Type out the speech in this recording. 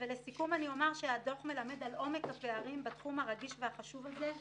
לסיכום אני אומר שהדוח מלמד על עומק הפערים בתחום הרגיש והחשוב הזה,